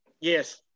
Yes